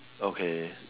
okay